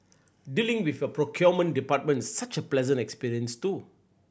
dealing with your procurement department is such a pleasant experience too